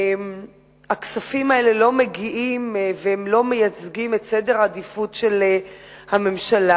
הכספים האלה לא מגיעים והם לא מייצגים את סדר העדיפויות של הממשלה.